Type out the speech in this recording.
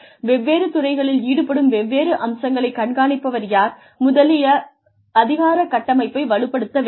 வெவ்வேறு துறைகளில் ஈடுபடும் வெவ்வேறு அம்சங்களை கண்காணிப்பவர் யார் முதலிய அதிகார கட்டமைப்பை வலுப்படுத்த வேண்டும்